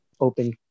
open